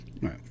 right